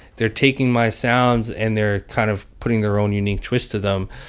they're taking my sounds, and they're kind of putting their own unique twist to them.